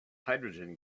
hydrogen